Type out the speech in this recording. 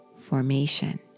formation